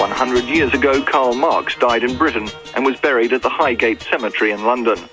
hundred years ago karl marx died in britain and was buried at the highgate cemetery in london,